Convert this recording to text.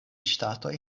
ŝtatoj